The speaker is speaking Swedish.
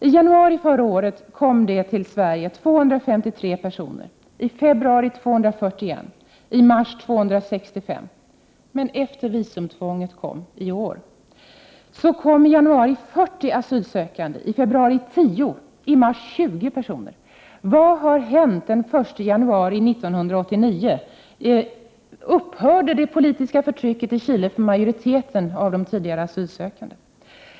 I januari förra året kom 253 personer till Sverige, i februari 241, i mars 265. Men efter det att visumtvånget införts kom i januari i år 40 asylsökande, i februari 10 och i mars 20 personer. Vad hände den 1 januari 1989? Upphörde det politiska förtrycket i Chile för majoriteten av de tidigare asylsökande?